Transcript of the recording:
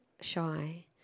shy